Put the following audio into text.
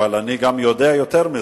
אבל אני גם יודע שהמוסכמות